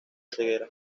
ceguera